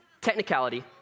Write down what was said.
Technicality